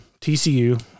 TCU